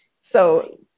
So-